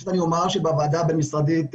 אני אומר שבוועדה הבין משרדית,